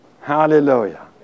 hallelujah